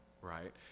right